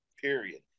period